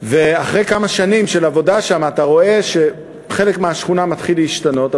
אחרי כמה שנים של עבודה שם אתה רואה שחלק מהשכונה מתחיל להשתנות,